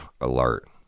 alert